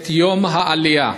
את יום העלייה.